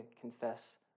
confess